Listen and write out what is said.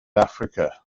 africa